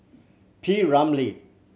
P Ramlee